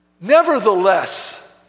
Nevertheless